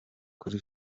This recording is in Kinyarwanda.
kuri